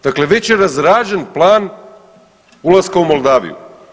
Dakle, već je razrađen plan ulaska u Moldaviju.